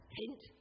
hint